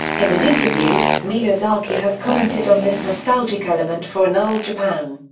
in an interview, miyazaki has commented on this nostalgic element for an old japan.